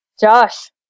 Josh